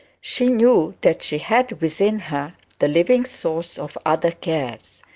she knew that she had within her the living source of other cares.